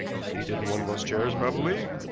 seated in one of those chairs probably,